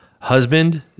husband